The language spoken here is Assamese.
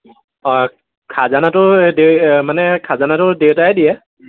অঁ খাজানাটো মানে খাজানাটো দেউতাই দিয়ে